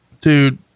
dude